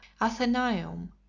athenaeum